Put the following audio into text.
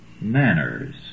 manners